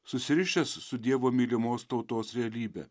susirišęs su dievo mylimos tautos realybe